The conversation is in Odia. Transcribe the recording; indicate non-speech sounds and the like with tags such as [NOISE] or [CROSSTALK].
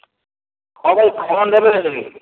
ହଁ ଭାଇ [UNINTELLIGIBLE]